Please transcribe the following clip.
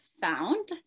found